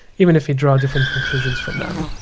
even if you draw different conclusions from them.